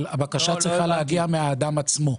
אבל הבקשה צריכה להגיע מהאדם עצמו.